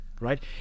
right